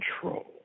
control